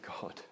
God